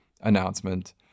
announcement